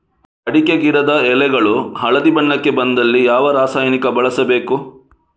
ಅಡಿಕೆ ಗಿಡದ ಎಳೆಗಳು ಹಳದಿ ಬಣ್ಣಕ್ಕೆ ಬಂದಲ್ಲಿ ಯಾವ ರಾಸಾಯನಿಕ ಬಳಸಬೇಕು?